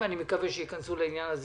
ואני מקווה שייכנסו לעניין הזה